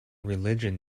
religion